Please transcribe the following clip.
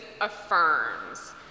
affirms